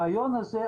הרעיון הזה,